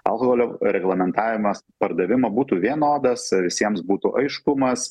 alkoholio reglamentavimas pardavimo būtų vienodas visiems būtų aiškumas